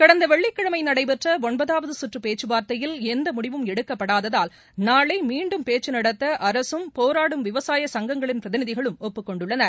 கடந்த வெள்ளிக்கிழமை நடைபெற்ற ஒன்பதாவது குற்று பேச்சுவார்த்தையில் எந்த முடியும் எடுக்கப்படாததால் நாளை மீண்டும் பேச்சு நடத்த அரசும் போராடும் விவசாய சங்கங்களின் பிரதிநதிகளும் ஒப்புக் கொண்டுள்ளனர்